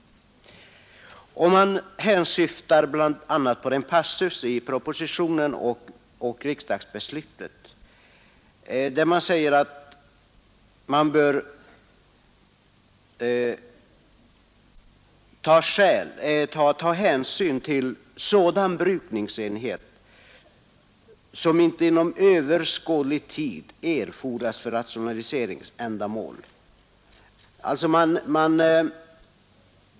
Man syftar bl.a. på den passus i propositionen och riksdagsbeslutet där det sägs att stöd bör kunna utgå till sådan brukningsenhet som inte inom överskådlig tid erfordras för rationaliseringsändamal.